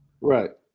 Right